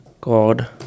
God